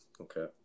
Okay